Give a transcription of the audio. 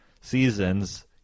seasons